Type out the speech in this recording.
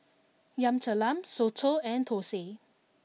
Yam Talam Soto And Thosai